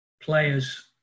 players